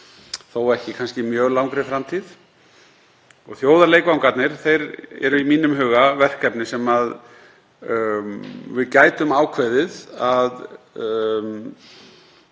þó ekki kannski mjög langri framtíð. Þjóðarleikvangarnir eru í mínum huga verkefni sem við gætum ákveðið að